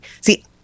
See